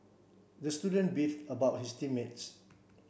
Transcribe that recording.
the student beef about his team mates